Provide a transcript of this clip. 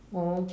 oh